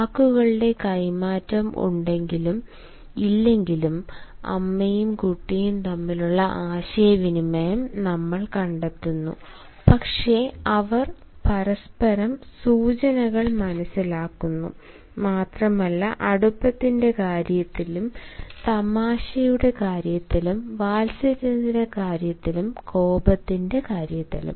വാക്കുകളുടെ കൈമാറ്റം ഉണ്ടെങ്കിലും ഇല്ലെങ്കിലും അമ്മയും കുട്ടിയും തമ്മിലുള്ള ആശയവിനിമയം നമ്മൾ കണ്ടെത്തുന്നു പക്ഷേ അവർ പരസ്പരം സൂചനകൾ മനസ്സിലാക്കുന്നു മാത്രമല്ല അടുപ്പത്തിന്റെ കാര്യത്തിലും തമാശയുടെ കാര്യത്തിലും വാത്സല്യത്തിന്റെ കാര്യത്തിൽ കോപത്തിന്റെ കാര്യത്തിലും